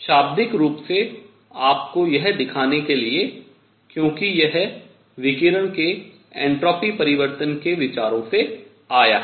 शाब्दिक रूप से आपको यह दिखाने के लिए क्योंकि यह विकिरण के एन्ट्रापी परिवर्तन के विचारों से आया है